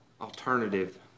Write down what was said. alternative